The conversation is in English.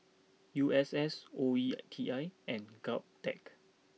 U S S O E T I and Govtech